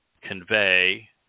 convey